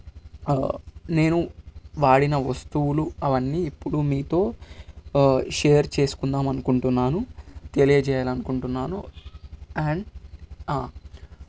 నేను వాడిన వస్తువులు అవన్నీ ఇప్పుడు మీతో షేర్ చేసుకుందాం అనుకుంటున్నాను తెలియజేయాలనుకుంటున్నాను అండ్